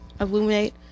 illuminate